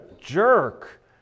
jerk